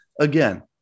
Again